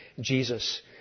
Jesus